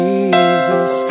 Jesus